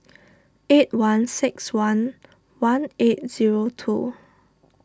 eight one six one one eight zero two